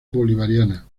bolivariana